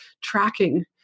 tracking